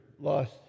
lost